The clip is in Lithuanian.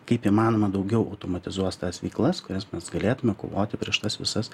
kaip įmanoma daugiau automatizuos tas veiklas kurias mes galėtume kovoti prieš tas visas